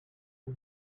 uwo